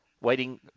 waiting